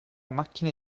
macchine